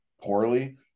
poorly